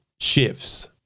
shifts